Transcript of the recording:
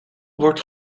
wordt